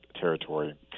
territory